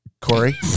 Corey